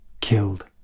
killed